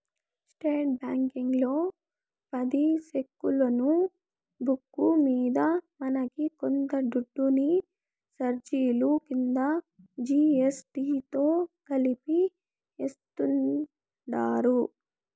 state బ్యాంకీలో పది సెక్కులున్న బుక్కు మింద మనకి కొంత దుడ్డుని సార్జిలు కింద జీ.ఎస్.టి తో కలిపి యాస్తుండారు